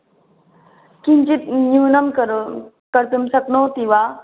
किञ्चित् न्यूनं करो कर्तुं शक्नोति वा